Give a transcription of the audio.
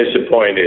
disappointed